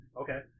Okay